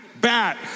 bat